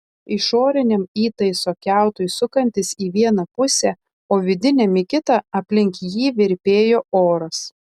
išoriniam įtaiso kiautui sukantis į vieną pusę o vidiniam į kitą aplink jį virpėjo oras